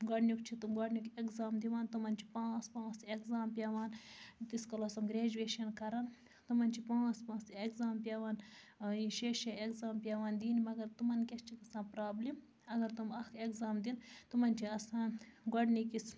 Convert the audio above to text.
گۄڈٕنیُک چھِ تم گۄڈٕنیُک ایٚگزام دِوان تمَن چھِ پانٛژھ پانٛژھ ایٚگزام پٮ۪وان تٕسۍ کالَس سۄ گریجویشن کَران تمَن چھِ پانٛژھ پانٛژھ ایٚگزام پٮ۪وان یہِ شےٚ شےٚ ایٚگزام پٮ۪وان دِنۍ مگر تمَن کیٛاہ چھِ گژھان پرابلِم اگر تٔم اَکھ ایٚگزام دِنۍ تِمَن چھِ آسان گۄڈٕنِکِس